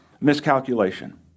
miscalculation